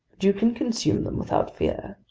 but you can consume them without fear.